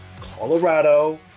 Colorado